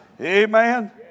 Amen